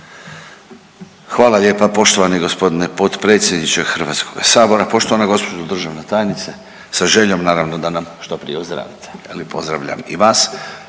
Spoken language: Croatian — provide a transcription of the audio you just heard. Hvala lijepa poštovani gospodine potpredsjedniče Hrvatskoga sabora, poštovana gospođo državna tajnice sa željom naravno da nam što prije ozdravite, je li pozdravljam i vas